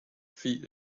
feet